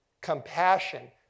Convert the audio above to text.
compassion